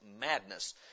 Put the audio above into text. madness